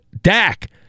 Dak